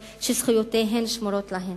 שזכויותיהן שמורות להן,